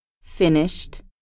finished